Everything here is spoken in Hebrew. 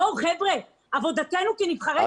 חבר'ה, עבודתנו כנבחרי ציבור